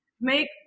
make